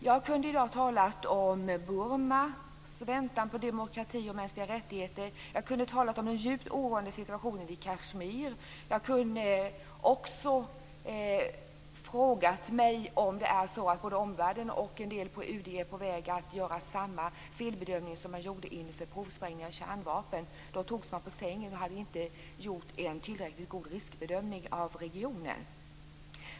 Jag skulle i dag ha kunnat tala om Burmas väntan på demokrati och mänskliga rättigheter eller om den djupt oroande situationen i Kashmir. Jag skulle också ha kunnat fråga mig om det är så att både omvärlden och en del på UD är på väg att göra samma felbedömning som man gjorde inför provsprängningarna med kärnvapen. Då togs man på sängen; man hade inte gjort en tillräckligt god riskbedömning av regionen.